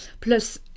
Plus